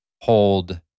hold